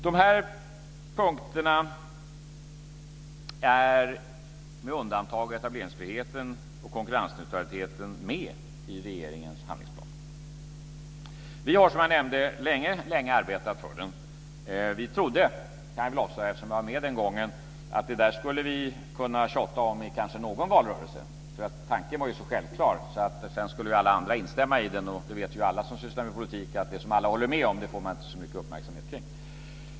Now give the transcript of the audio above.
De här punkterna, med undantaget för etableringsfriheten och konkurrensneutraliteten, finns med i regeringens handlingsplan. Vi har som jag nämnde länge arbetat för detta. Vi trodde, det kan jag väl avslöja eftersom jag var med den gången, att det där skulle vi kunna tjata om i kanske någon valrörelse. Tanken var ju så självklar att alla andra skulle instämma i den. Det vet alla som sysslar med politik att det som alla håller med om får man inte så uppmärksamhet kring.